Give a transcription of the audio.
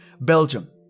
Belgium